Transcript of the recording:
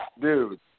Dude